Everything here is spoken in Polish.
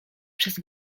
przez